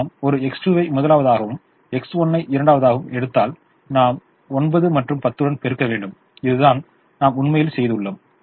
நாm ஒரு X2 வை முதலாவதாகவும் X1 ஐ இரண்டாவதாகவும் எடுத்தால் நாம் 9 மற்றும் 10 உடன் பெருக்க வேண்டும் இதுதான் நாம் உண்மையில் செய்துள்ளோம்